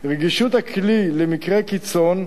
רגישות הכלי למקרה קיצון,